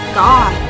god